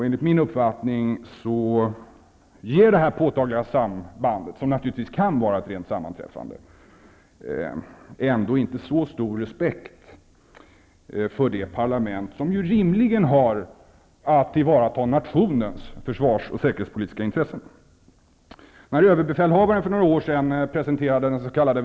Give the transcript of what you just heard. Enligt min uppfattning ger detta påtagliga samband -- som naturligtvis kan vara ett rent sammanträffande -- ändå inte så stor respekt för det parlament som ju rimligen har att tillvarata nationens försvars och säkerhetspolitiska intressen. När överbefälhavaren för några år sedan presenterade sin s.k.